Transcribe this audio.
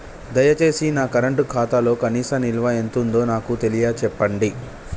దయచేసి నా కరెంట్ ఖాతాలో కనీస నిల్వ ఎంతుందో నాకు తెలియచెప్పండి